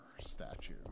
statue